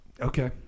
okay